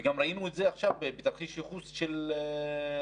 וגם ראינו את זה עכשיו בתרחיש הייחוס של הקורונה.